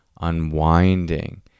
Unwinding